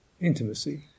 intimacy